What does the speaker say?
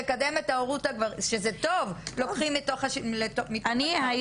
אתם יכולים לקדם הורות שוויונית כפי שאתם רוצים באוצר ובממשלה.